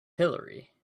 hillary